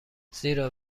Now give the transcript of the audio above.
زیرا